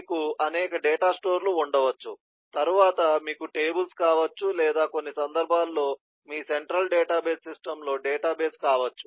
మీకు అనేక డేటా స్టోర్లు ఉండవచ్చు తరువాత మీకు టేబుల్స్ కావచ్చు లేదా కొన్ని సందర్భాల్లో మీ సెంట్రల్ డేటాబేస్ సిస్టమ్లో డేటాబేస్ కావచ్చు